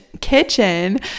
kitchen